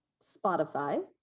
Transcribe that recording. Spotify